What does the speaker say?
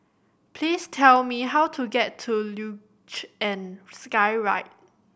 please tell me how to get to Luge and Skyride